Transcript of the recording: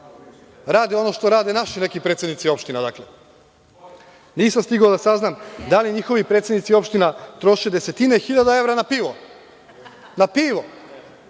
rade ono što rade naši neki predsednici opština. Nisam stigao da saznam da li njihovi predsednici opština troše desetine hiljada evra na pivo? I po